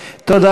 תודה.